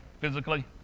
Physically